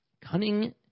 Cunning